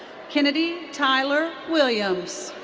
kennedy tyler williams.